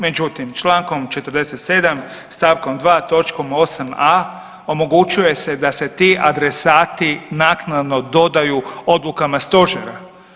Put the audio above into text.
Međutim, Člankom 47. stavkom 2. točkom 8a. omogućuje se da se ti adresati naknadno dodaju odlukama stožera.